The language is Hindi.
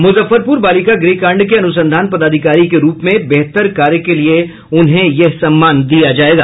मुजफ्फरपुर बालिका गृहकांड के अनुसंधान पदाधिकारी के रूप में बेहतर कार्य के लिये उन्हें यह सम्मान दिया जायेगा